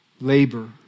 labor